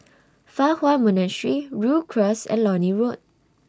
Fa Hua Monastery Rhu Cross and Lornie Road